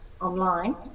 online